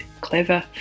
clever